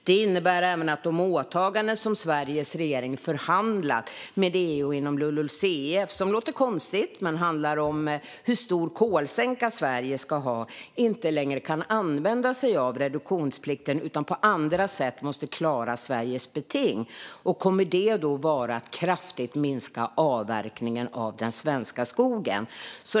Det innebär även att man i de åtaganden som Sveriges regering förhandlar om med EU inom LULUCF - som låter konstigt men som handlar om hur stor kolsänka Sverige ska ha - inte längre kan använda sig av reduktionsplikten utan att man på andra sätt måste klara Sveriges beting. Kommer det då att vara att kraftigt minska avverkningen av den svenska skogen?